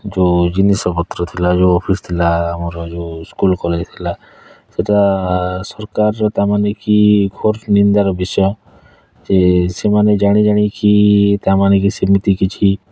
ଯେଉଁ ଜିନିଷ ପତ୍ର ଥିଲା ଯୋଉ ଅଫିସ୍ ଥିଲା ଆମର ଯେଉଁ ସ୍କୁଲ୍ କଲେଜ୍ ଥିଲା ସେଇଟା ସରକାରର ତା ମାନେ କି ଘୋର ନିନ୍ଦାର ବିଷୟ ଯେ ସେମାନେ ଜାଣି ଜାଣି କି ତା ମାନେ କି ସେମିତି କିଛି